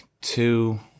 two